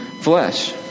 flesh